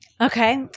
Okay